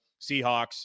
Seahawks